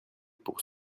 pour